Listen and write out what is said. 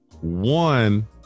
one